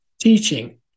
teaching